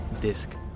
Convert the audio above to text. disc